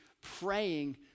praying